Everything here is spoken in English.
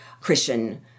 Christian